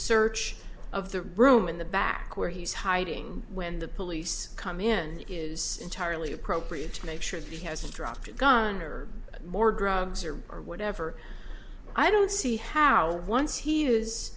search of the room in the back where he's hiding when the police come in is entirely appropriate to make sure he hasn't dropped a gun or more drugs or or whatever i don't see how once he is